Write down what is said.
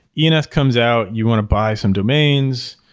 you know comes out, you want to buy some domains,